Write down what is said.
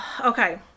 Okay